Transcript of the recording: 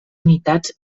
unitats